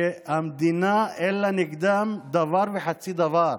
שלמדינה אין נגדם דבר וחצי דבר.